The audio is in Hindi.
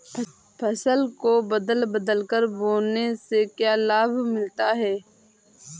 फसल को बदल बदल कर बोने से क्या लाभ मिलता है?